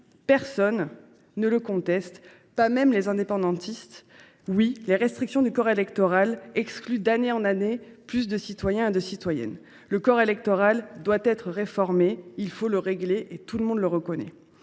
Personne ne le conteste, pas même les indépendantistes. Les restrictions du corps électoral excluent d’année en année davantage de citoyens et de citoyennes. Le corps électoral doit être réformé : tout le monde le reconnaît.